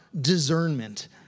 discernment